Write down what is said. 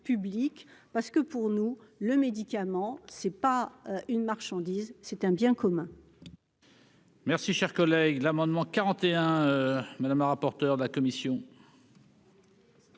parce que pour nous, le médicament c'est pas une marchandise, c'est un bien commun.